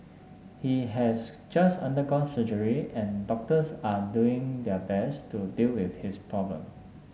he has just undergone surgery and doctors are doing their best to deal with his problem